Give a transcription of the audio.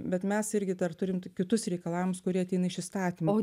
bet mes irgi dar turim kitus reikalams kurie ateina iš įstatymo